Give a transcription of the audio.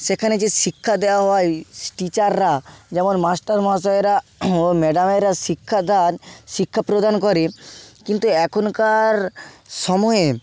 সেখানে যে শিক্ষা দেওয়া হয় টিচাররা যেমন মাস্টারমশাইরা ও ম্যাডামরা শিক্ষাদান শিক্ষা প্রদান করে কিন্তু এখনকার সময়ে